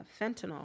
fentanyl